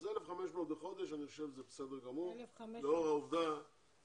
אז 1,500 שקל בחודש אני חושב שזה בסדר גמור לאור העובדה שמדובר